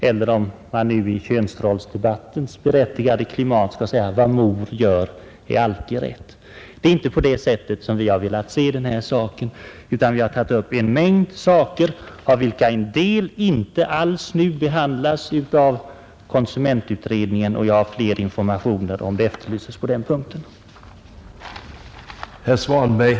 Eller om man nu i könsrollsdebattens berättigade klimat skall säga att ”vad mor gör är alltid rätt”! Det är inte på det sättet som vi har velat se denna sak. Vi har tagit upp en mängd frågor av vilka en del nu inte alls behandlas av konsumentutredningen. Jag har fler informationer på den punkten om sådana efterlyses.